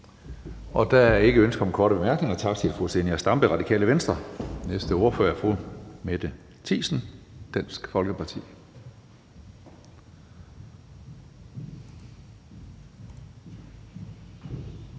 Der er ikke ønske om korte bemærkninger. Tak til fru Zenia Stampe, Radikale Venstre. Næste ordfører er fru Mette Thiesen, Dansk Folkeparti.